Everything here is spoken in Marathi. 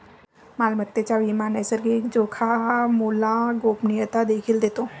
मालमत्तेचा विमा नैसर्गिक जोखामोला गोपनीयता देखील देतो